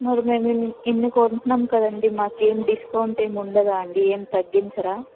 మరి మేము ఇన్ని కొంటున్నాము కదండి మాకేం డిస్కౌంట్ ఏమి ఉండదా అండి ఏం తగ్గించరా